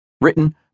written